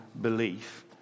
belief